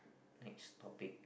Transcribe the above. next topic